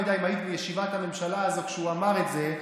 לא יודע אם היית בישיבת הממשלה הזו כשהוא אמר את זה,